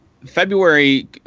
February